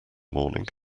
morning